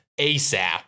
ASAP